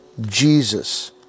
Jesus